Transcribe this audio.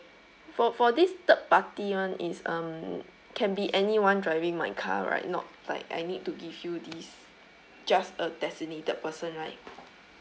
for for this third party one is um can be anyone driving my car right not like I need to give you this just a designated person right